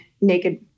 naked